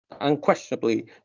unquestionably